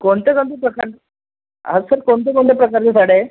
कोणत्या कोणत्या प्रकार हा सर कोणत्या कोणत्या प्रकारच्या साड्या आहे